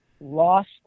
lost